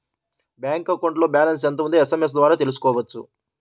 bank అకౌంట్లో balance ఎంత ఉందో ఎస్ఎంఎస్ ద్వారా తెలుసుకోవచ్చు